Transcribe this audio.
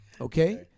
Okay